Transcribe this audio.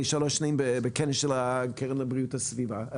שלוש שנים בכנס של הקרן לבריאות הסביבה.